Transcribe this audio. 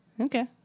okay